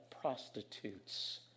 prostitutes